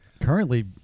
Currently